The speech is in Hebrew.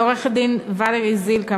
לעורכת-הדין ולרי זילכה,